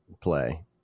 play